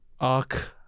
arc